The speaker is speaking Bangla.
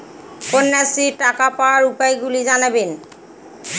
কন্যাশ্রীর টাকা পাওয়ার উপায়গুলি জানাবেন?